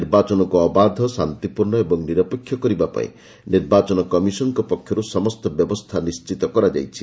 ନିର୍ବାଚନକୁ ଅବାଧ ଶାନ୍ତିପୂର୍ଣ୍ଣ ଓ ନିରପେକ୍ଷ କରିବା ପାଇଁ ନିର୍ବାଚନ କମିଶନ ପକ୍ଷରୁ ସମସ୍ତ ବ୍ୟବସ୍ଥା ନିଶ୍ଚିତ କରାଯାଇଛି